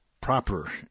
proper